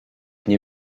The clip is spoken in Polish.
nie